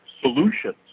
solutions